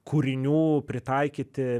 kūrinių pritaikyti